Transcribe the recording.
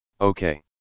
okay